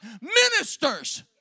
ministers